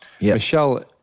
Michelle